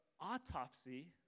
autopsy